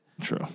True